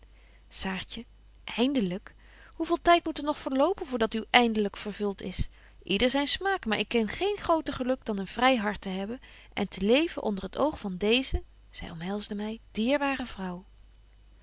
saartje eindelyk hoe veel tyd moet er nog verlopen voor dat uw eindelyk vervult is yder zyn smaak maar ik ken geen groter geluk dan een vry hart te hebben en te leven onder het oog van deeze zy omhelsde my dierbare vrouw